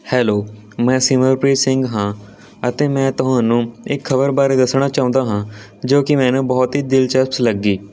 hello ਮੈਂ ਸਿਮਰਪ੍ਰੀਤ ਸਿੰਘ ਹਾਂ ਅਤੇ ਮੈਂ ਤੁਹਾਨੂੰ ਇੱਕ ਖ਼ਬਰ ਬਾਰੇ ਦੱਸਣਾ ਚਾਹੁੰਦਾ ਹਾਂ ਜੋ ਕਿ ਮੈਨੂੰ ਬਹੁਤ ਹੀ ਦਿਲਚਸਪ ਲੱਗੀ